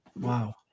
wow